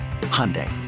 Hyundai